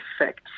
effect